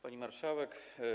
Pani Marszałek!